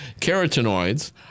Carotenoids